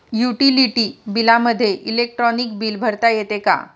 Utility बिलामध्ये electronic bill भरता येते का?